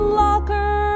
locker